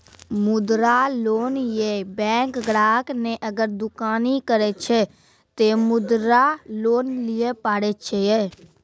मुद्रा लोन ये बैंक ग्राहक ने अगर दुकानी करे छै ते मुद्रा लोन लिए पारे छेयै?